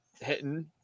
hitting